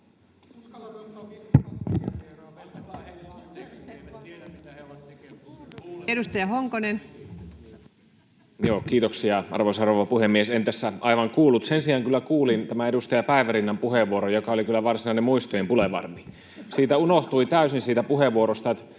Edustaja Honkonen. Kiitoksia, arvoisa rouva puhemies! En tässä aivan kuullut. Sen sijaan kyllä kuulin tämän edustaja Päivärinnan puheenvuoron, joka oli kyllä varsinainen muistojen bulevardi. Siitä puheenvuorosta